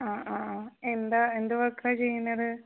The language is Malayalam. ആ ആ എന്താ എന്ത് വർക്കാണ് ചെയ്യുന്നത്